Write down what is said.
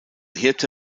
hirte